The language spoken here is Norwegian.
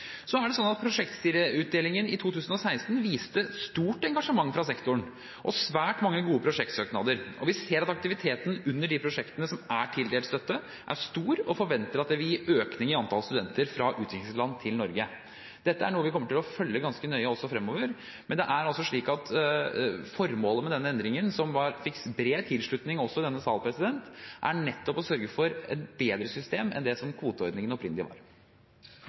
Så er det sånn at prosjektutdelingen i 2016 viste stort engasjement fra sektoren og svært mange gode prosjektsøknader, og vi ser at aktiviteten under de prosjektene som er tildelt støtte, er stor, og vi forventer at det vil gi økning i antall studenter fra utviklingsland til Norge. Dette er noe vi kommer til å følge ganske nøye også fremover. Men det er altså slik at formålet med denne endringen, som fikk bred tilslutning også i denne sal, er nettopp å sørge for et bedre system enn det som kvoteordningen opprinnelig var.